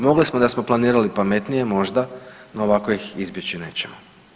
Mogli smo da smo planirali pametnije, možda no ovako ih izbjeći nećemo.